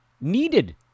needed